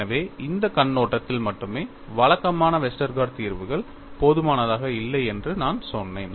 எனவே இந்த கண்ணோட்டத்தில் மட்டுமே வழக்கமான வெஸ்டர்கார்ட் தீர்வுகள் போதுமானதாக இல்லை என்று நான் சொன்னேன்